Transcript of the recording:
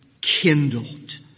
kindled